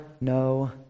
no